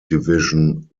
division